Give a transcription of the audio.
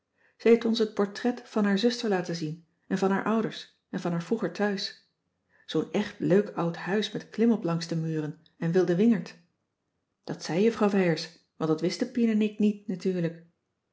heeft ons het portret van haar zuster laten zien en van haar ouders en van haar vroeger thuis zoo'n echt leuk oud huis met klimop langs de muren en wilde wingerd dat zei juffrouw wijers want dat wisten pien en ik niet natuurlijk